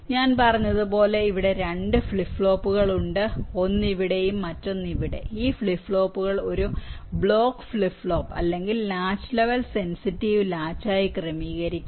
ഞാൻ പറഞ്ഞതുപോലെ ഇവിടെ 2 ഫ്ലിപ്പ് ഫ്ലോപ്പുകൾ ഉണ്ട് ഒന്ന് ഇവിടെയും മറ്റൊന്ന് ഇവിടെ ഈ ഫ്ലിപ്പ് ഫ്ലോപ്പുകൾ ഒരു ബ്ലോക്ക് ഫ്ലിപ്പ് ഫ്ലോപ്പ് അല്ലെങ്കിൽ ലാച്ച് ലെവൽ സെൻസിറ്റീവ് ലാച്ച് ആയി ക്രമീകരിക്കാം